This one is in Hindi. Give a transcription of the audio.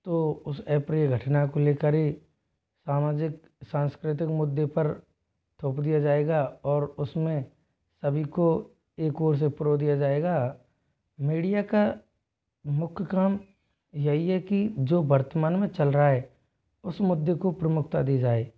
तो उस अप्रिय घटना को ले कर ही सामाजिक सांस्कृतिक मुद्दे पर थोप दिया जाएगा और उस में सभी को एक ओर से पुरो दिया जाएगा मीडिया का मुख्य काम यही है कि जो वर्तमान में चल रहा है उस मुद्दे को प्रमुखता दी जाए